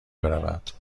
برود